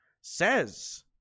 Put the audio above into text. says